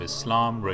Islam